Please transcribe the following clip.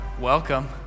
Welcome